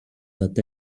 that